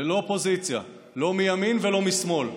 ללא פוזיציה, לא מימין ולא משמאל.